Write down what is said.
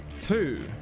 Two